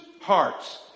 hearts